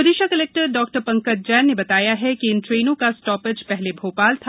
Vidisha collector डॉ ंकज जैन ने बताया कि इन ट्रेनों का स्थापेज शहले भोशल था